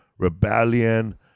rebellion